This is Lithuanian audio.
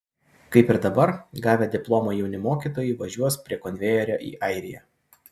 kaip ir dabar gavę diplomą jauni mokytojai važiuos prie konvejerio į airiją